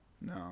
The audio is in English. No